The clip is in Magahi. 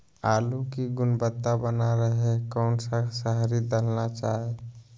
आलू की गुनबता बना रहे रहे कौन सा शहरी दलना चाये?